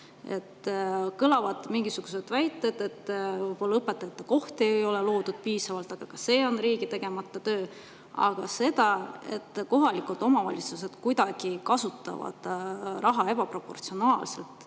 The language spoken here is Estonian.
Kõlavad mingisugused väited, et võib-olla õpetajate kohti ei ole loodud piisavalt, aga ka see on riigi tegemata töö. Aga seda, et kohalikud omavalitsused kuidagi kasutavad raha ebaproportsionaalselt